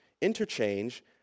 interchange